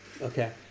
Okay